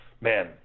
man